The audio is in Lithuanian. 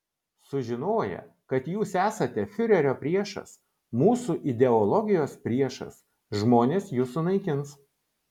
sužinoję kad jūs esate fiurerio priešas mūsų ideologijos priešas žmonės jus sunaikins